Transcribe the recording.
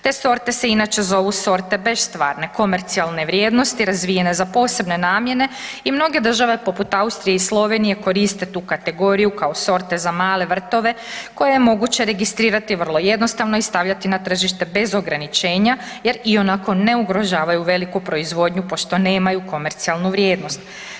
Te sorte se inače zovu sorte bestvarne komercijalne vrijednosti razvijene za posebne namjene i mnoge države poput Austrije i Slovenije koriste tu kategoriju kao sorte za male vrtove koje je moguće registrirati vrlo jednostavno i stavljati na tržište bez ograničenja jer ionako ne ugrožavaju veliku proizvodnju pošto nemaju komercijalnu vrijednost.